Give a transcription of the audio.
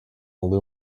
loo